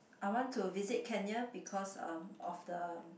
I want to visit Kenya because uh of the